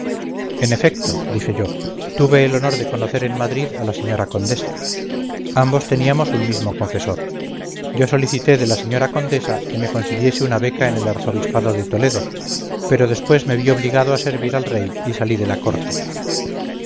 en efecto dije yo tuve el honor de conocer en madrid a la señora condesa ambos teníamos un mismo confesor yo solicité de la señora condesa que me consiguiese una beca en el arzobispado de toledo pero después me vi obligado a servir al rey y salí de la corte